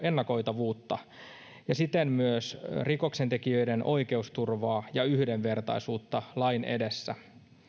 ennakoitavuutta ja siten myös rikoksentekijöiden oikeusturvaa ja yhdenvertaisuutta lain edessä